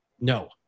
No